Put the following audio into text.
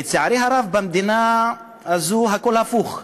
לצערי הרב, במדינה הזאת הכול הפוך: